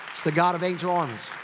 it's the god of angel armies.